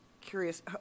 curious